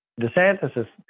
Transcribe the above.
DeSantis